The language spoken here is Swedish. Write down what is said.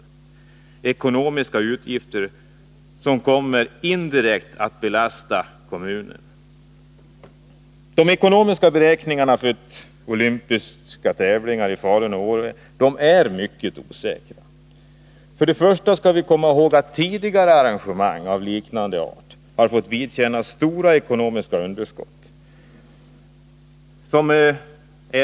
Det blir ekonomiska utgifter som indirekt kommer att belasta kommunen. De ekonomiska beräkningarna för olympiska tävlingar i Falun och Åre är mycket osäkra. Vi skall komma ihåg att tidigare arrangemang av liknande art fått vidkännas stora ekonomiska underskott.